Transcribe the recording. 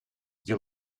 die